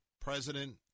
President